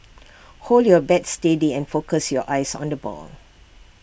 hold your bat steady and focus your eyes on the ball